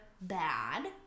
bad